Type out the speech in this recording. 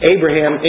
Abraham